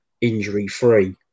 injury-free